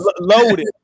loaded